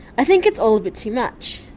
i think it's all a bit too much.